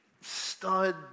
stud